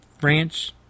France